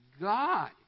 God